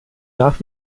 nach